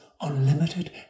unlimited